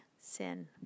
sin